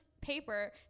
paper